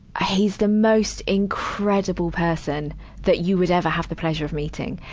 ah he's the most incredible person that you would ever have the pleasure of meeting.